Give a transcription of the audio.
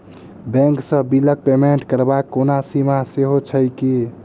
Bank सँ बिलक payment करबाक कोनो सीमा सेहो छैक की?